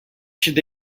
should